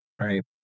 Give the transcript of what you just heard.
right